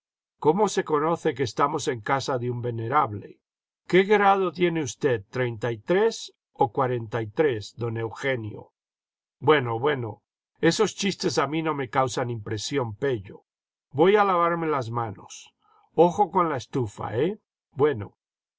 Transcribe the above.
cómo se conoce que estamos en casa de un venerable qué grado tiene usted treinta y tres o cuarenta y tres don eugenio bueno bueno esos chistes a mí no me causan impresión pello voy a lavarme los manos ojo con la estufa eh bueno